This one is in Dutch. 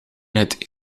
het